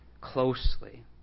closely